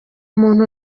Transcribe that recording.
muntu